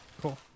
cool